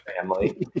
family